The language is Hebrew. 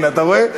הנה, אתה רואה?